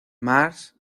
marx